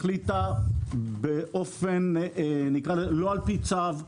החליטה באופן לא על פי צו,